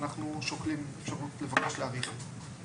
ואנחנו שוקלים מתן אפשרות לבקשה להארכה של זה.